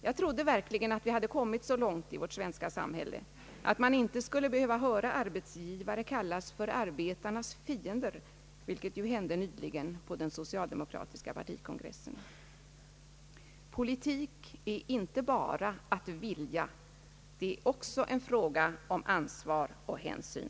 Jag trodde verkligen att vi hade kommit så långt i vårt svenska samhälle, att man inte skulle behöva höra arbetsgivare kallas för arbetarnas fiender, vilket ju hände nyligen på den socialdemokratiska partikongressen. Politik är inte vara att vilja, det är också en fråga om ansvar och hänsyn.